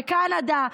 בקנדה.